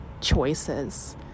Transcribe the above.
choices